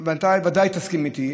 ודאי תסכים איתי,